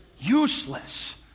useless